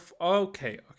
Okay